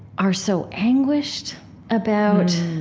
are so anguished about